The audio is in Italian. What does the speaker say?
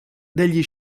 degli